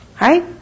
Right